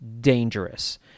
dangerous